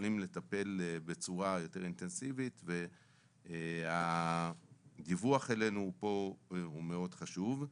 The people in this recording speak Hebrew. יכולים לטפל בצורה יותר אינטנסיבית והדיווח אלינו פה הוא מאוד חשוב.